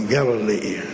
Galilee